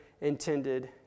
intended